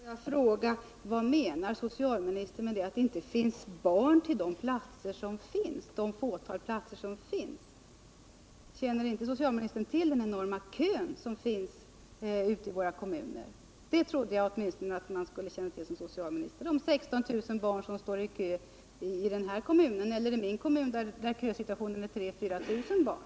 Herr talman! Får jag fråga: Vad menar socialministern med att det inte finns barn till det fåtal platser som står till förfogande? Känner inte socialministern till den enorma kön i våra kommuner? Åtminstone det trodde jag att man skulle känna till som socialminister — de 16 000 barn som står i köi den här kommunen eller de 3 000 kanske 4 000 barn som köar i min egen kommun.